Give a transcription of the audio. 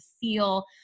feel